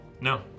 No